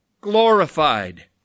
glorified